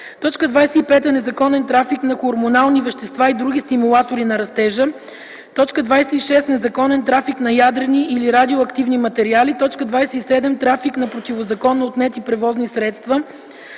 25. незаконен трафик на хормонални вещества и други стимулатори на растежа; 26. незаконен трафик на ядрени или радиоактивни материали; 27. трафик на противозаконно отнети превозни средства;